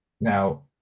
now